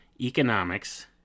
Economics